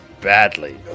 badly